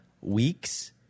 weeks